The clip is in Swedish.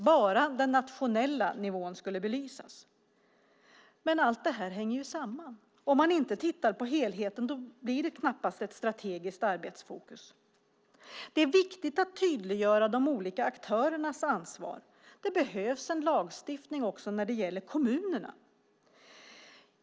Bara den nationella nivån skulle belysas. Men allt det här hänger ju samman. Om man inte tittar på helheten blir det knappast ett strategiskt arbetsfokus. Det är viktigt att tydliggöra de olika aktörernas ansvar. Det behövs en lagstiftning också när det gäller kommunerna.